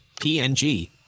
PNG